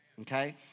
Okay